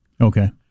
Okay